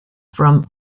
from